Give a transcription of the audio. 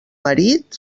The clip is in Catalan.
marit